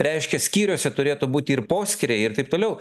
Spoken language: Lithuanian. reiškia skyriuose turėtų būti ir poskyriai ir taip toliau